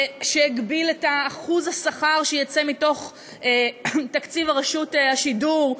שהגביל את אחוז השכר שיצא מתוך תקציב רשות השידור,